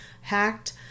hacked